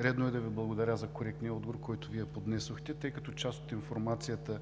Редно е да Ви благодаря за коректния отговор, който Вие поднесохте, тъй като част от информацията